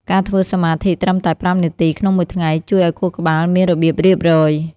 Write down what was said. ការធ្វើសមាធិត្រឹមតែ ៥ នាទីក្នុងមួយថ្ងៃ ជួយឱ្យខួរក្បាលមានរបៀបរៀបរយ។